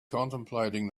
contemplating